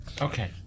Okay